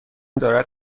دارد